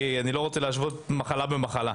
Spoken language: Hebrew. כי אני לא רוצה להשוות מחלה למחלה,